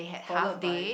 followed by